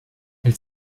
elle